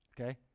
okay